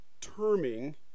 terming